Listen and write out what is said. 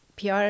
PR